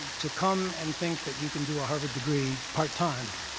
to come and think that you can do a harvard degree part-time